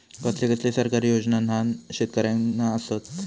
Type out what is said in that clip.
कसले कसले सरकारी योजना न्हान शेतकऱ्यांना आसत?